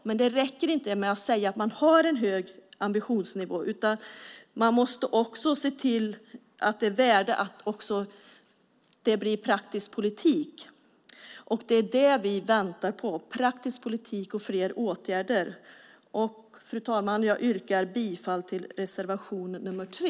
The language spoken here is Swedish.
Men det räcker inte med att säga att man har en hög ambitionsnivå, utan man måste också se till att det blir praktisk politik. Det är det vi väntar på. Vi väntar på praktisk politik och fler åtgärder. Fru talman! Jag yrkar bifall till reservation nr 3.